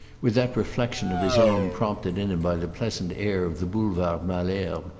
with that reflexion of his own prompted in him by the pleasant air of the boulevard malesherbes,